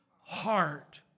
heart